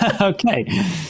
Okay